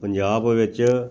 ਪੰਜਾਬ ਵਿੱਚ